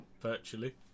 virtually